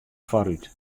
foarút